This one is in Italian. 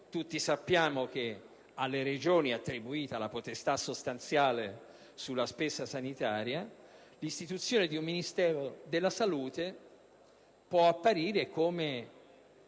tutti sappiamo che alle Regioni è attribuita la potestà sostanziale sulla spesa sanitaria - l'istituzione di un Ministero della salute può apparire come un